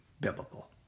biblical